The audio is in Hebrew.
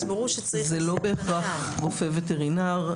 אז ברור שצריך --- זה לא בהכרח רופא וטרינר.